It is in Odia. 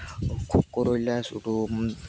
ଖୋଖୋ ରହିଲା ସେଇଠୁ